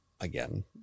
again